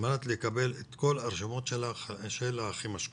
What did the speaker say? על מנת לקבל את כל הרשומות של האחים השכולים.